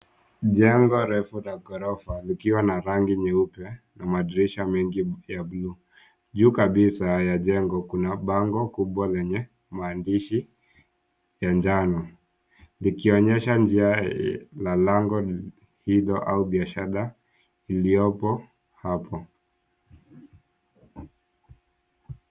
Jengo refu la ghorofa likiwa na rangi nyeupe na madirisha mengi ya buluu. Juu kabisa ya jengo kuna bango kubwa lenye maandishi ya njano likionyesha njia la lango nje au biashara iliopo hapo.